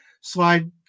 slide